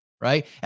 right